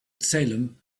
salem